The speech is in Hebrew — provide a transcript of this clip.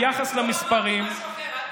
לא אמרתי משהו אחר.